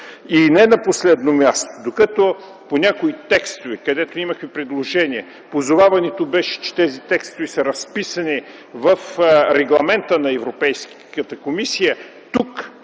И не на последно място, докато по някои текстове, където имахме предложения позоваването беше, че тези текстове са разписани в Регламента на Европейската комисия, тук